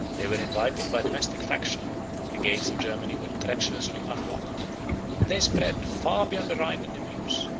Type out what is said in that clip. they were invited by domestic faction the gates of germany were treacherously unlocked and they spread, far beyond the rhine and the meuse,